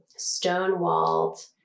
stonewalled